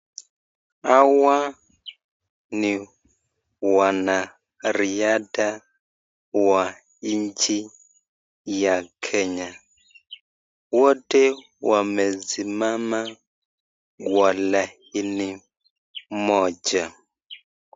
Hawa ni wanariadha wa nchi ya Kenya. Wote wamesimama kwa laini moja.